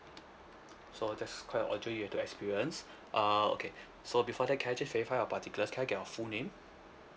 so that's quite an ordeal you have to experience uh okay so before that can I just verify your particulars can I get your full name